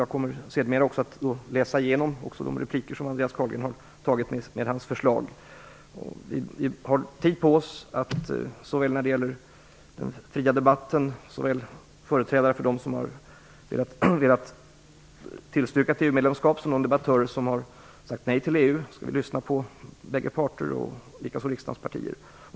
Jag kommer sedermera att läsa igenom också Andreas Carlgrens inlägg här och ta del av hans förslag. Vi har tid på oss att under den fria debatten lyssna till såväl företrädare för dem som har velat tillstyrka ett EU-medlemskap som företrädare för dem som har sagt nej till EU. Detsamma gäller riksdagens partier.